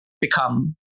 become